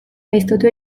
gaiztotu